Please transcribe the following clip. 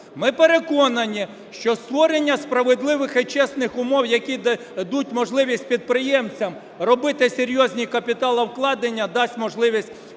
Ми переконані, що створення справедливих і чесних умов, які дадуть можливість підприємцям робити серйозні капіталовкладення, дасть можливість